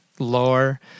lore